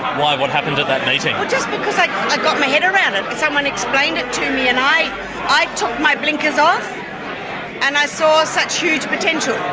why? what happened at that meeting? just because i got my head around it. someone explained it to me and i i took my blinkers off and i saw such huge potential.